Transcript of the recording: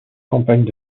campagnes